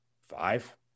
five